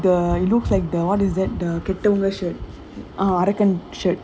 also say looks like the it looks like the what is that the captain verse shirt ya அரக்கன்:arakkan shirt